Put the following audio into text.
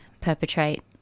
perpetrate